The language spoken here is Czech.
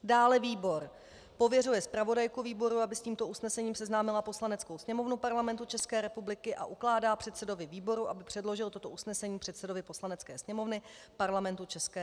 Dále výbor pověřuje zpravodajku výboru, aby s tímto usnesením seznámila Poslaneckou sněmovnu Parlamentu ČR, a ukládá předsedovi výboru, aby předložil toto usnesení předsedovi Poslanecké sněmovny Parlamentu ČR.